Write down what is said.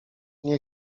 nie